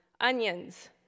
onions